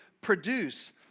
produce